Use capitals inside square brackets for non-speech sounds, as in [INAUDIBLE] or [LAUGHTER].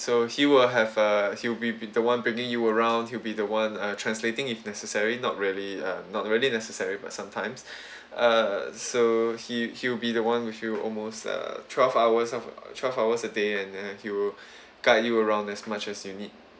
so he will have a he'll be be the [one] bringing you around he'll be the [one] uh translating if necessary not really uh not really necessary but sometimes [BREATH] uh so he he'll be the [one] with you almost uh twelve hours of twelve hours a day and then he will [BREATH] guide you around as much as you need